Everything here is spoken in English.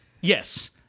Yes